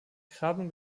krabben